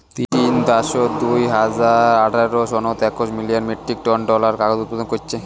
চীন দ্যাশত দুই হাজার আঠারো সনত একশ মিলিয়ন মেট্রিক টন ডলারের কাগজ উৎপাদন কইচ্চে